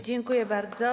Dziękuję bardzo.